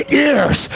years